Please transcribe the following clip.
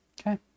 Okay